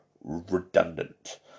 redundant